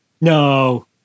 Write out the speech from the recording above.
No